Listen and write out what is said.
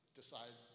decide